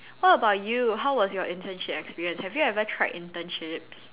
what about you how was your internship experience have you ever tried internships